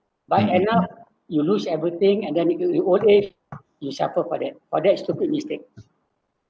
but end up you lose everything and then you you old age you suffer for that but that is stupid mistake